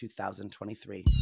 2023